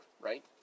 right